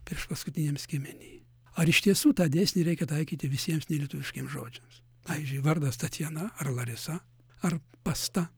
priešpaskutiniam skiemeny ar iš tiesų tą dėsnį reikia taikyti visiems nelietuviškiems žodžiams pavyzdžiui vardas tatjana ar larisa ar pasta